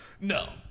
No